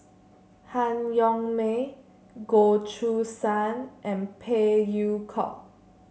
Han Yong May Goh Choo San and Phey Yew Kok